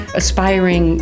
aspiring